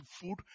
food